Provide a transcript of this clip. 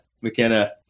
McKenna